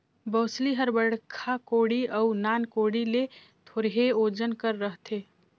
बउसली हर बड़खा कोड़ी अउ नान कोड़ी ले थोरहे ओजन कर रहथे